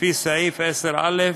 לפי סעיף 10(א)